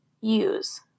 use